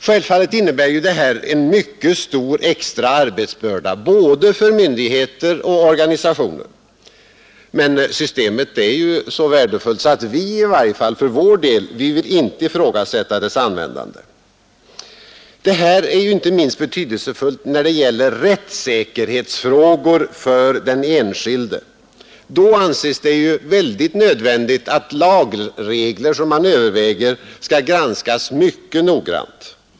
Självfallet innebär det en mycket stor extra arbetsbörda för både myndigheter och organisationer, men systemet är så värdefullt att i varje fall vi för vår del inte vill ifrågasätta dess användande. Detta är inte minst betydelsefullt när det gäller rättssäkerhetsfrågor för den enskilde. Det anses ju i hög grad nödvändigt att sådana lagregler när de är under övervägande skall granskas mycket noggrant.